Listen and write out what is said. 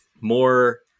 more